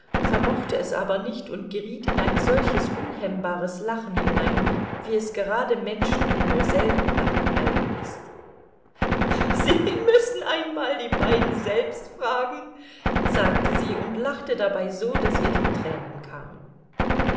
vermochte es aber nicht und geriet in ein solches unhemmbares lachen hinein wie es gerade menschen die nur selten lachen eigen ist sie müssen einmal die beiden selbst fragen sagte sie und lachte dabei so daß ihr die tränen kamen